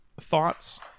thoughts